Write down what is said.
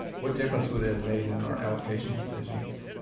what difference would it have made in our allocation decisions?